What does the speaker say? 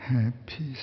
Happy